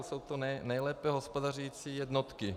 Jsou to nejlépe hospodařící jednotky.